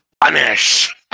punish